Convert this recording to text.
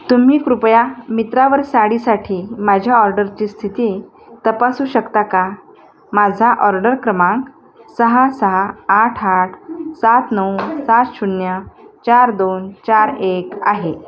तुम्ही कृपया मित्रावर साडीसाठी माझ्या ऑर्डरची स्थिती तपासू शकता का माझा ऑर्डर क्रमांक सहा सहा आठ आठ सात नऊ सात शून्य चार दोन चार एक आहे